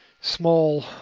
small